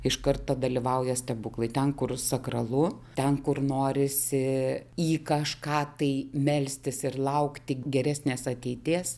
iš karto dalyvauja stebuklai ten kur sakralu ten kur norisi į kažką tai melstis ir laukti geresnės ateities